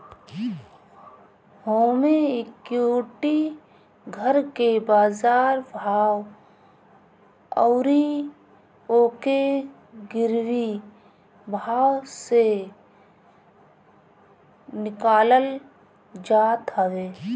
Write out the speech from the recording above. होमे equity घर के बाजार भाव अउरी ओके गिरवी भाव से निकालल जात हवे